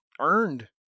earned